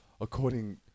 according